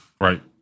Right